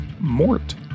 Mort